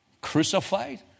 crucified